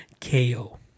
ko